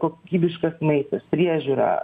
kokybiškas maistas priežiūra